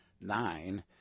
nine